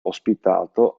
ospitato